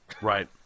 Right